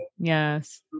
Yes